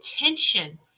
attention